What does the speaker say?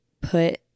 put